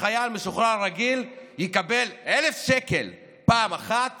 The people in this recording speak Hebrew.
שחייל משוחרר רגיל יקבל 1,000 שקל פעם אחת